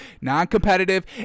non-competitive